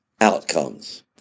outcomes